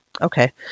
Okay